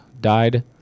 died